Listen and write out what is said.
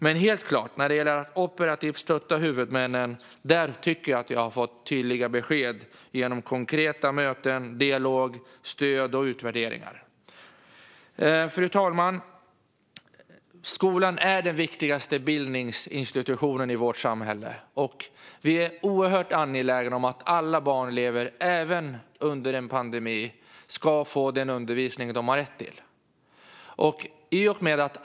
När det gäller min fråga om att operativt stötta huvudmännen har jag fått tydliga besked. Det sker genom konkreta möten, dialog, stöd och utvärderingar. Fru talman! Skolan är den viktigaste bildningsinstitutionen i vårt samhälle, och vi är angelägna om att alla elever även under pandemin ska få den undervisning de har rätt till.